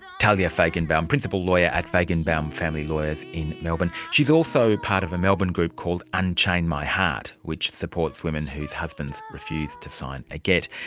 talya faigenbaum, principal lawyer at faigenbaum family lawyers in melbourne. she is also part of a melbourne group called unchain my heart which supports women whose husbands refuse to sign a gettt.